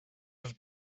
have